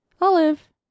Olive